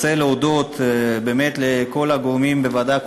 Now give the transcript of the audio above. אני רוצה להודות באמת לכל הגורמים בוועדה,